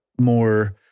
more